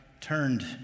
turned